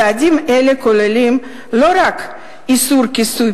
צעדים אלה כוללים לא רק איסור כיסוי